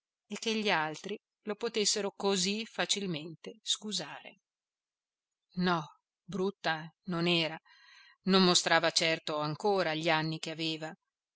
e che gli altri lo potessero così facilmente scusare no brutta non era non mostrava certo ancora gli anni che aveva